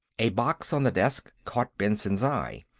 a box, on the desk, caught benson's eye,